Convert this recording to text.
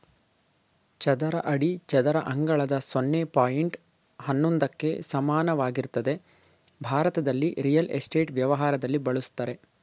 ಚದರ ಅಡಿ ಚದರ ಅಂಗಳದ ಸೊನ್ನೆ ಪಾಯಿಂಟ್ ಹನ್ನೊಂದಕ್ಕೆ ಸಮಾನವಾಗಿರ್ತದೆ ಭಾರತದಲ್ಲಿ ರಿಯಲ್ ಎಸ್ಟೇಟ್ ವ್ಯವಹಾರದಲ್ಲಿ ಬಳುಸ್ತರೆ